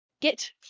get